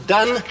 done